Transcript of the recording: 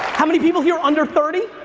how many people here under thirty?